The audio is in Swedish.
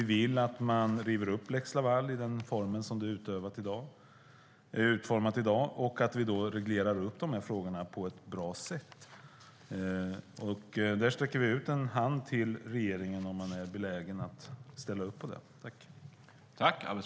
Vi vill att man river upp lex Laval i den form den är utformad i dag och reglerar frågorna på ett bra sätt. Där sträcker vi ut en hand till regeringen, om man är benägen att ställa upp på det.